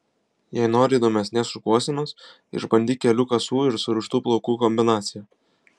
jei nori įdomesnės šukuosenos išbandyk kelių kasų ir surištų plaukų kombinaciją